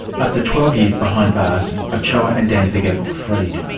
after twelve years behind bars, ochoa and danziger were freed.